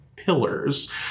Pillars